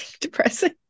depressing